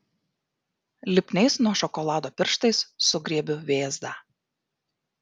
lipniais nuo šokolado pirštais sugriebiu vėzdą